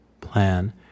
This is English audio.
plan